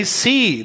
see